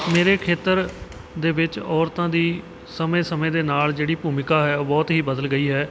ਮੇਰੇ ਖੇਤਰ ਦੇ ਵਿੱਚ ਔਰਤਾਂ ਦੀ ਸਮੇਂ ਸਮੇਂ ਦੇ ਨਾਲ ਜਿਹੜੀ ਭੂਮਿਕਾ ਹੈ ਉਹ ਬਹੁਤ ਹੀ ਬਦਲ ਗਈ ਹੈ